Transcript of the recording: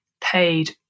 paid